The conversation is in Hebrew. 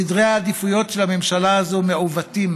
סדרי העדיפויות של הממשלה הזאת מעוותים,